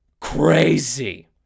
crazy